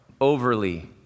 overly